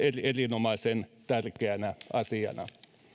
erinomaisen tärkeänä asiana